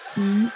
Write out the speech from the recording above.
mm